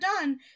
done